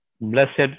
blessed